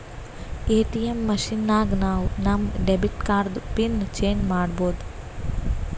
ATM machine ನಾಗ್ ನಾವ್ ನಮ್ ಡೆಬಿಟ್ ಕಾರ್ಡ್ದು ಪಿನ್ ಚೇಂಜ್ ಮಾಡ್ಬೋದು